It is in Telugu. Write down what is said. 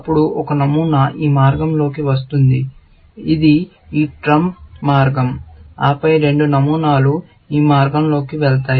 అప్పుడు ఒక నమూనా ఈ మార్గంలోకి వస్తుంది ఇది ఆ ట్రంప్ మార్గం ఆపై రెండు నమూనాలు ఈ మార్గంలోకి వెళ్తాయి